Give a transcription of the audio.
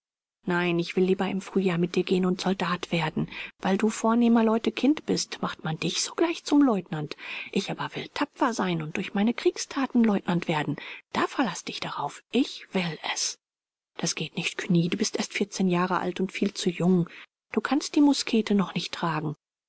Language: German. nein ich will lieber im frühjahr mit dir gehen und soldat werden weil du vornehmer leute kind bist macht man dich sogleich zum leutnant ich aber will tapfer sein und durch meine kriegsthaten leutnant werden da verlaß dich darauf ich will es das geht nicht cugny du bist erst vierzehn jahre alt und viel zu jung du kannst die muskete noch nicht tragen